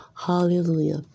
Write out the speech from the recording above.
Hallelujah